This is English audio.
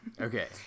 okay